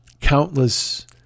countless